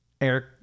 Eric